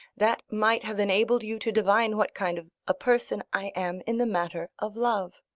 that might have enabled you to divine what kind of a person i am in the matter of love.